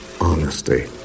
honesty